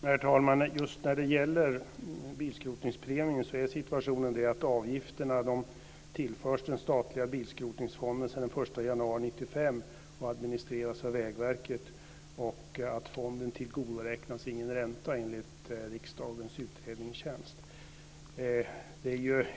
Herr talman! Just när det gäller bilskrotningspremien är situationen den att avgifterna tillförs den statliga bilskrotningsfonden sedan den 1 januari 1995 och administreras av Vägverket. Fonden tillgodoräknas ingen ränta enligt Riksdagens utredningstjänst.